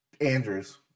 Andrews